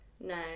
no